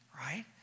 right